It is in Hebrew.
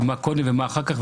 מה קודם ומה אחר כך,